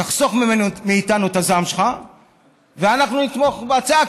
תחסוך מאיתנו את הזעם שלך ואנחנו נתמוך בהצעה,